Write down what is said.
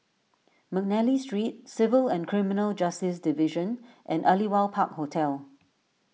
McNally Street Civil and Criminal Justice Division and Aliwal Park Hotel